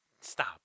Stop